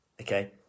Okay